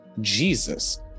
Jesus